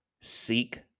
seek